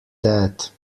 that